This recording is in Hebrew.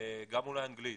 גם אולי אנגלית,